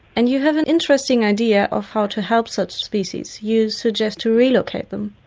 and you have an interesting idea of how to help such species, you suggest to relocate them.